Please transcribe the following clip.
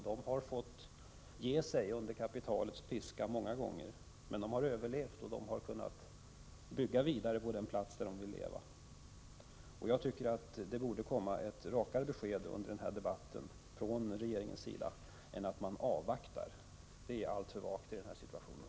De har fått ge sig under kapitalets piska många gånger, men de har överlevt, och de har kunnat bygga vidare på den plats där de vill leva. Jag tycker att det borde komma ett rakare besked från regeringen under den här debatten —- inte bara att man avvaktar. Det är alltför vagt i den här situationen.